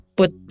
put